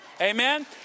Amen